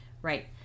Right